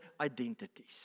identities